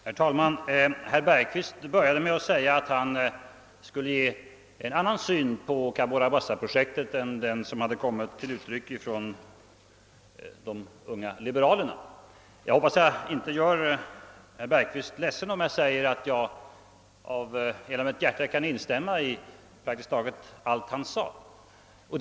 Herr talman! Herr Bergqvist började med att säga att han skulle ge uttryck för en annan syn på Cabora Bassaprojektet än vad de unga liberalerna gjort. Jag hoppas att herr Bergqvist inte blir ledsen om jag säger, att jag kan instämma i praktiskt taget allt han sade.